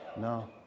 No